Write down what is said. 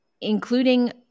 including